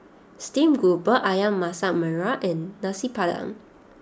Stream Grouper Ayam Masak Merah and Nasi Padang